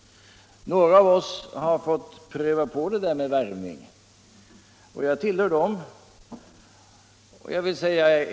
Några av oss har fått pröva på en sådan varvning. Jag tillhör dem.